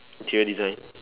interior design